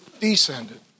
descended